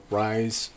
rise